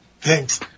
thanks